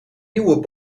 nieuwe